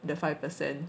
the five per cent